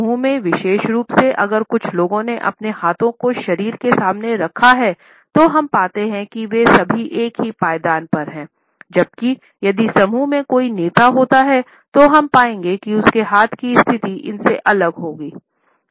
समूह में विशेष रूप से अगर कुछ लोगों ने अपने हाथों को शरीर के सामने रखा है तो हम पाते हैं कि वे सभी एक ही पायदान पर हैं जबकि यदि समूह में कोई नेता होता है तो हम पाएंगे कि उसके हाथ की स्थिति इससे अलग होगी